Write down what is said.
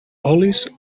olis